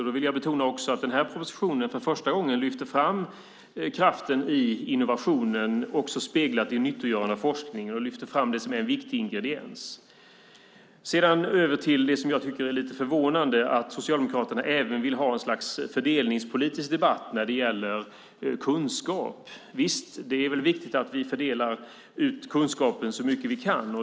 Då vill jag betona att den här propositionen för första gången lyfter fram kraften i innovationen, också speglat i nyttogörande av forskning, och lyfter fram det som en viktig ingrediens. Jag går över till det som jag tycker är lite förvånande. Socialdemokraterna vill även ha en slags fördelningspolitisk debatt när det gäller kunskap. Visst, det är väl viktigt att vi fördelar ut kunskapen så mycket vi kan.